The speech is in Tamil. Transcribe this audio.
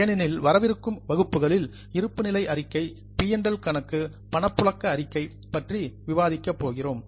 ஏனெனில் வரவிருக்கும் வகுப்புகளில் இருப்பு நிலை அறிக்கை பி மற்றும் எல் PL கணக்கு பணப்புழக்க அறிக்கை பற்றி விவாதிக்கப் போகிறோம்